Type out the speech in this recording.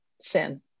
sin